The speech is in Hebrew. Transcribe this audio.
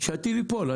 שהטיל ייפול.